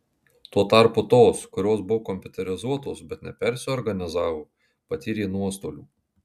tuo tarpu tos kurios buvo kompiuterizuotos bet nepersiorganizavo patyrė nuostolių